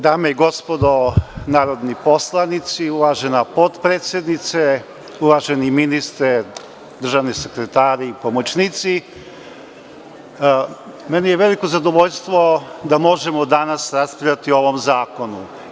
Dame i gospodo narodni poslanici, uvažena potpredsednice, uvaženi ministre, državni sekretari, pomoćnici, meni je veliko zadovoljstvo da možemo danas raspravljati o ovom zakonu.